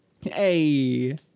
Hey